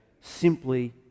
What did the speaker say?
simply